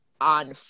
on